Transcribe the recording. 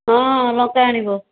ହଁ ଲଙ୍କା ଆଣିବ